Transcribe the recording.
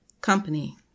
company